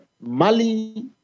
Mali